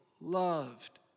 loved